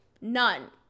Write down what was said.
none